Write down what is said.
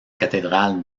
cathédrale